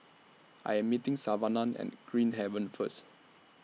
I Am meeting Savanna At Green Haven First